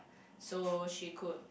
so she could